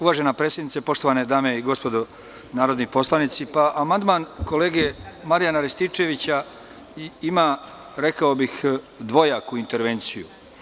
Uvažena predsednice, poštovane dame i gospodo narodni poslanici, amandman kolege Marijana Rističevića ima dvojaku intervenciju.